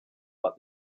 but